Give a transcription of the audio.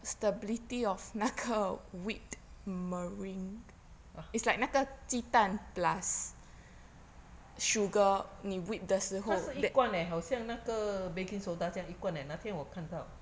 ah 它是一罐 leh 好像那个 baking soda 这样一罐 leh 那天我看到